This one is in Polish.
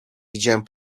widziałem